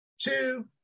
Two